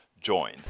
join